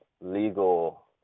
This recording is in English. legal